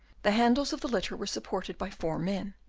the handles of the litter were supported by four men,